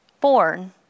born